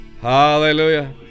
Hallelujah